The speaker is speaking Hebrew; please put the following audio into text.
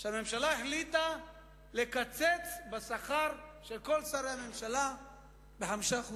שהממשלה החליטה לקצץ את השכר של כל שרי הממשלה ב-5%.